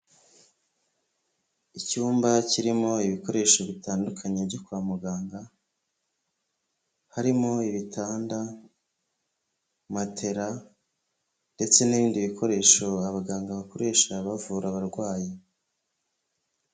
Icyumba kirimo ibikoresho bitandukanye byo kwa muganga harimo ibitanda, matera ndetse n'ibindi bikoresho abaganga bakoresha bavura abarwayi.